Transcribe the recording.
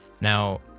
Now